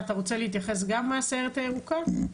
אתה רוצה להתייחס גם מהסיירת הירוקה?